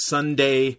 Sunday